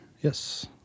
Yes